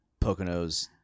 Poconos